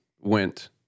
went